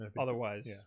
Otherwise